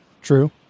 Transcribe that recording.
True